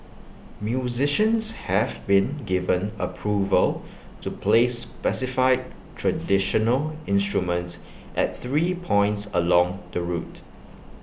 musicians have been given approval to play specified traditional instruments at three points along the route